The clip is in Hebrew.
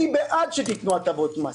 אני בעד שתיתנו הטבות מס.